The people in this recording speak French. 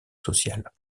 sociale